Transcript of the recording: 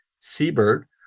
seabird